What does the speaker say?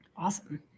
Awesome